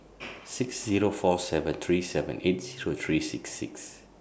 six Zero four seven three seven eight Zero three six